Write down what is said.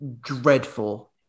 dreadful